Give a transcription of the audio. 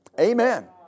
Amen